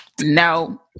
no